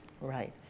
Right